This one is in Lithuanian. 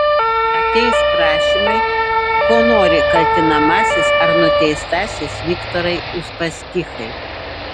ateis prašymai ko nori kaltinamasis ar nuteistasis viktorai uspaskichai